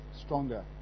stronger